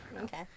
okay